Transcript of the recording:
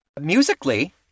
Musically